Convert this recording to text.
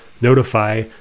notify